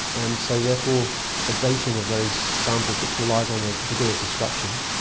and so therefore the dating of those samples, which relies on a degree of destruction,